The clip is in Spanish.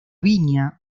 viña